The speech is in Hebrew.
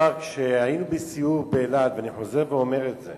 היינו בסיור באילת, ואני חוזר ואומר את זה,